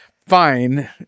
fine